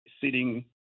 sitting